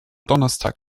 donnerstag